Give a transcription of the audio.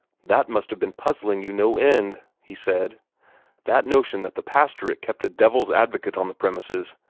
that must have been puzzling you no end, he said that notion that the pastorate kept a devil's advocate on the premises.